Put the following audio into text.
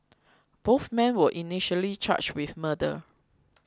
both men were initially charged with murder